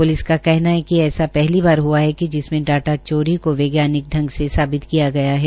police का कहना है कि ऐसा पहली बार हआ है कि जिसमें डाटा चोरी को वैज्ञानिक ढंग से साबित किया गया है